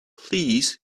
please